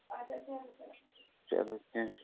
چلو کیٚنٛہہ چھُنہٕ